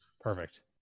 Perfect